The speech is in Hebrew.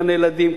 גני-ילדים,